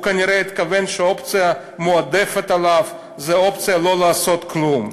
הוא כנראה התכוון שהאופציה המועדפת עליו היא האופציה לא לעשות כלום.